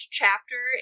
chapter